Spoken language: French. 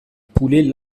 poulet